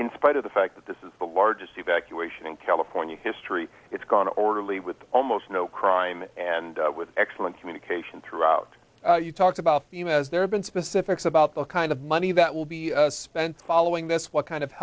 in spite of the fact that this is the largest evacuation in california history it's gone orderly with almost no crime and with excellent communication throughout you talked about there have been specifics about the kind of money that will be spent following this what kind of